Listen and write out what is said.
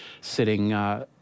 sitting